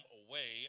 away